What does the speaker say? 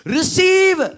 Receive